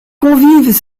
convives